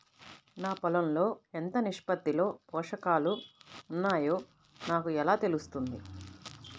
నా పొలం లో ఎంత నిష్పత్తిలో పోషకాలు వున్నాయో నాకు ఎలా తెలుస్తుంది?